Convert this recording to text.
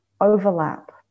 overlap